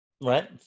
right